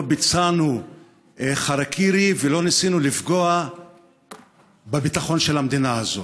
לא ביצענו חרקירי ולא ניסינו לפגוע בביטחון של המדינה הזאת.